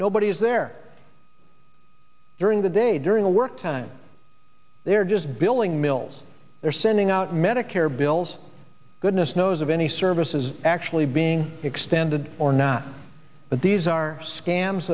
nobody is there during the day during a work time they're just billing mills they're sending out medicare bills goodness knows of any services actually being extended or not but these are scams